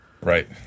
Right